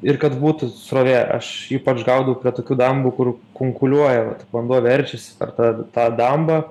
ir kad būtų srovė aš ypač gaudau prie tokių dambų kur kunkuliuoja vanduo veržiasi per tą tą dambą